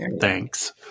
Thanks